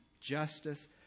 justice